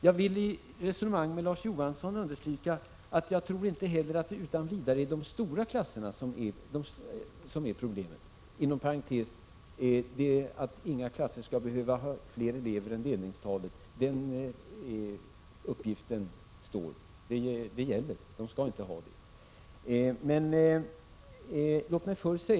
Jag vill i resonemang med Larz Johansson understryka att jag inte heller tror att det utan vidare är de stora klasserna som är problemet. Inom parentes kan jag säga att uppgiften att inga klasser skall ha fler elever än delningstalet står fast — de skall inte ha fler elever än så.